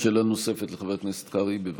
שאלה נוספת לחבר הכנסת קרעי, בבקשה.